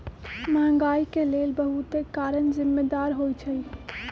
महंगाई के लेल बहुते कारन जिम्मेदार होइ छइ